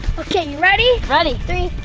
okay, you ready? ready. three,